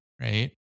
right